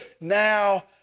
now